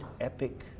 epic